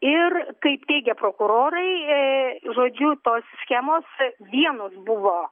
ir kaip teigia prokurorai a žodžiu tos schemos vienos buvo